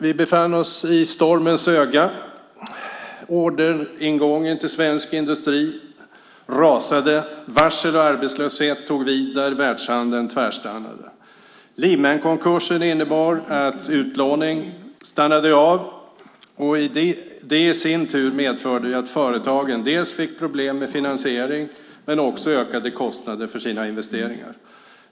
Vi befann oss i stormens öga. Orderingången till svensk industri rasade. Varsel och arbetslöshet tog vid där världshandeln tvärstannade. Lehmankonkursen innebar att utlåningen stannade av. Det i sin tur medförde att företagen fick problem dels med finansiering, dels med ökade kostnader för sina investeringar.